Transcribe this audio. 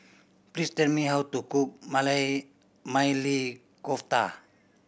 please tell me how to cook Maili Kofta